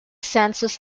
census